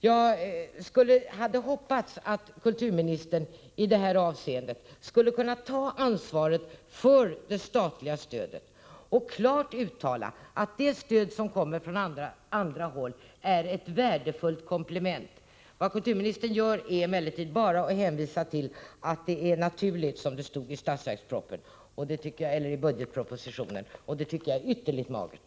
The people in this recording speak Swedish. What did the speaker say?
Jag hade hoppats att kulturministern i det här avseendet skulle kunna ta ansvaret för det statliga stödet och klart uttala att det stöd som kommer från andra håll är ett värdefullt komplement. Vad kulturministern gör är emellertid bara att hänvisa till att det är ”naturligt”, som det stod i budgetpropositionen. Det tycker jag är ytterligt magert.